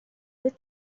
the